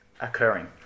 occurring